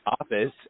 office